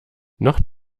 noch